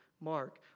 Mark